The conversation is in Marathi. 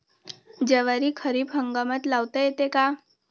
ज्वारी खरीप हंगामात लावता येते का?